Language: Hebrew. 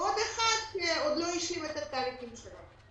ועוד אחד שעוד לא השלים את התהליכים שלו.